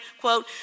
quote